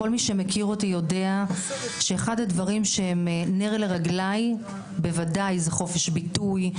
כל מי שמכיר אותי יודע שאחד הדברים שהם נר לרגליי בוודאי זה חופש ביטוי.